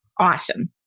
awesome